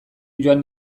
joan